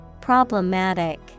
Problematic